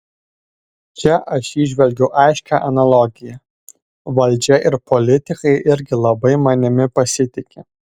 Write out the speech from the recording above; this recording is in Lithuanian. čia aš įžvelgiu aiškią analogiją valdžia ir politikai irgi labai manimi pasitiki